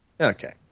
Okay